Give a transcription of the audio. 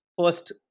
first